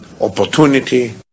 opportunity